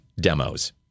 Demos